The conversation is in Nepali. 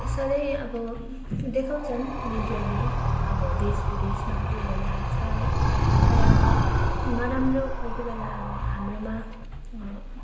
साह्रै अब देखाउँछन् मिडियाले अब देश विदेशमा के भइरहेको छ है तर अब नराम्रो कोही कोही बेला अब हाम्रोमा